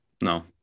No